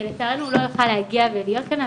לצערי הוא לא יוכל להגיע ולהיות כאן,